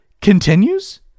continues